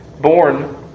born